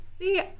See